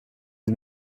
sie